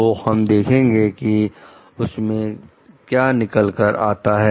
तो हम देखेंगे कि उसमें क्या निकल कर आता है